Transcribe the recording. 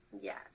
yes